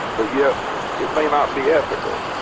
but yet it may not be ethical.